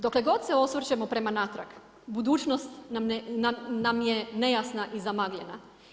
Dokle god se osvrćemo prema natrag budućnost nam je nejasna i zamagljena.